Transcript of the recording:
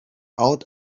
out